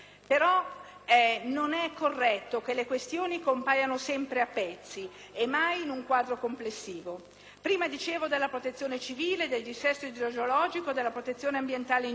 Non è corretto però che le questioni compaiono sempre a pezzi e mai in un quadro complessivo. Prima parlavo della protezione civile, del dissesto idrogeologico e della protezione ambientale in genere,